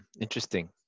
Interesting